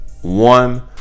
one